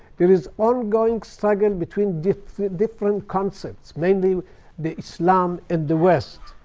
there is ongoing struggle between different different concepts, mainly the islam and the west.